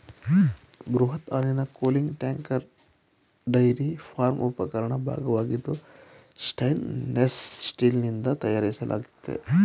ಬೃಹತ್ ಹಾಲಿನ cooling tank dairy farm ಉಪಕರಣದ ಭಾಗವಾಗಿದ್ದು ಸ್ಟೇನ್ಲೆಸ್ ಸ್ಟೀಲ್ನಿಂದ ತಯಾರಿಸಲಾಗ್ತದೆ